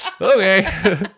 Okay